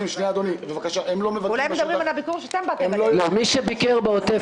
אולי הם מדברים על הביקור --- מי שביקר בעוטף